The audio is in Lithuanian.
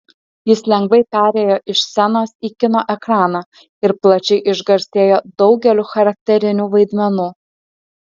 jis lengvai perėjo iš scenos į kino ekraną ir plačiai išgarsėjo daugeliu charakterinių vaidmenų